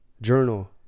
journal